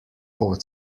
pot